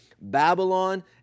Babylon